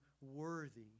worthy